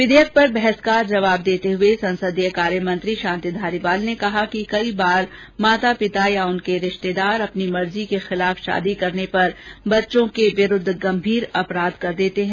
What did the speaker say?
विधेयक पर बहस का जवाब देते हुए संसदीय कार्य मंत्री शांति धारीवाल ने कहा कि कई बार माता पिता या उनके रिश्तेदार अपनी मर्जी के खिलाफ शादी करने पर बच्चों के खिलाफ गंभीर अपराध कर देते हुए हैं